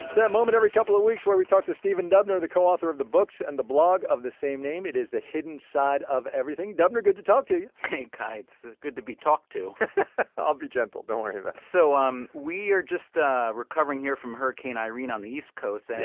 that moment every couple of weeks where we talk to stephen dubner, the co-author of the books and the blog of the same name, it is the hidden side of everything. dubner, good to talk to you hey kai, it's good to be talked to i'll be gentle, don't worry ah so um we are just recovering here from hurricane irene on the east coast. and